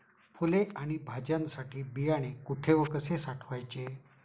फुले आणि भाज्यांसाठी बियाणे कुठे व कसे साठवायचे?